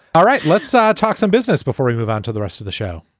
all right. let's ah talk some business before we move on to the rest of the show.